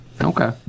Okay